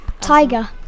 tiger